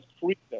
freedom